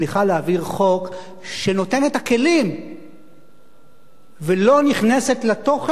להעביר חוק שנותן את הכלים ולא נכנסת לתוכן,